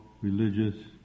religious